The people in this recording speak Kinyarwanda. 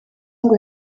ngo